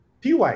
py